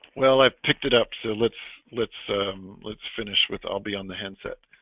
well i've picked it up. so let's let's let's finish with i'll be on the handset